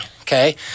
Okay